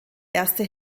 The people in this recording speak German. erste